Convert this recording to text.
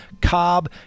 Cobb